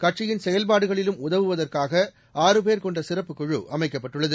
கட்சியின் செயல்பாடுகளிலும் உதவுவதற்காக ஆறு பேர் கொண்ட சிறப்புக் குழு அமைக்கப்பட்டுள்ளது